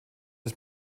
des